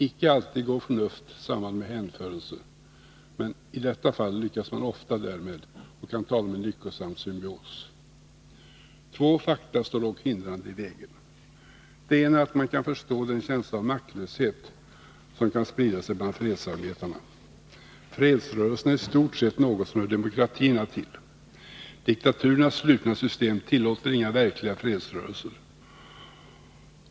Icke alltid går förnuft samman med hänförelse, men i detta fall lyckas man ofta därmed. Man kan tala om en lyckosam symbios. Två fakta står dock hindrande i vägen. Det ena är att man kan förstå den känsla av maktlöshet som kan sprida sig bland fredsarbetarna. Fredsrörelserna är i stort sett något som hör demokratierna till. Diktaturernas slutna system tillåter inga verkliga fredsrörelser.